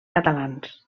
catalans